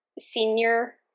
senior